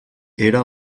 era